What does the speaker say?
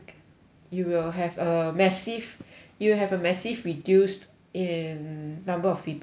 it will have a massive it will have a massive reduced in number of people but